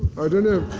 i don't know